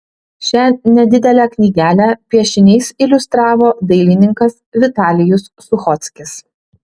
šią nedidelę knygelę piešiniais iliustravo dailininkas vitalijus suchockis